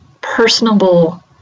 personable